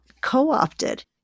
co-opted